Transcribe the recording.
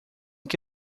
que